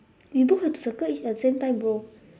we both have to circle each at the same time bro